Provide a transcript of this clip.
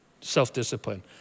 self-discipline